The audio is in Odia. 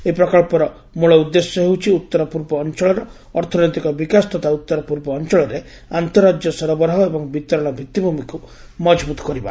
ଏହି ପ୍ରକଳ୍ପର ମୂଳ ଉଦ୍ଦେଶ୍ୟ ହେଉଛି ଉତ୍ତର ପୂର୍ବ ଅଞ୍ଚଳର ଅର୍ଥନୈତିକ ବିକାଶ ତଥା ଉତ୍ତର ପୂର୍ବ ଅଞ୍ଚଳରେ ଆନ୍ତଃ ରାଜ୍ୟ ସରବରାହ ଏବଂ ବିତରଣ ଭିତ୍ତିଭୂମିକୁ ମଜବୁତ କରିବା